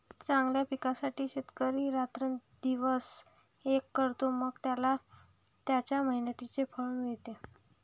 चांगल्या पिकासाठी शेतकरी रात्रंदिवस एक करतो, मग त्याला त्याच्या मेहनतीचे फळ मिळते